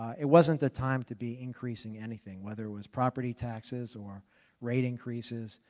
it wasn't the time to be increasing anything. whether it was property taxes or rate increases.